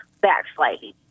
backsliding